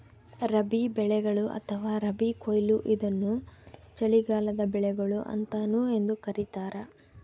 ರಬಿ ಬೆಳೆಗಳು ಅಥವಾ ರಬಿ ಕೊಯ್ಲು ಇದನ್ನು ಚಳಿಗಾಲದ ಬೆಳೆಗಳು ಅಂತಾನೂ ಎಂದೂ ಕರೀತಾರ